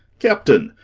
captain,